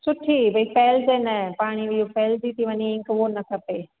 सुठी भई फ़ैलजे न पाणे इहो फ़ैलजी थी वञे इंक हूअ न खपे